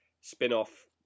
spin-off